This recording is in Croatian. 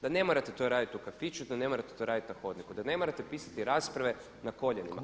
Da ne morate to raditi u kafiću, da ne morate to raditi na hodniku, da ne morate pisati rasprave na koljenima.